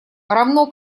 равно